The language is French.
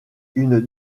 une